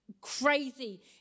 crazy